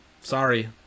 sorry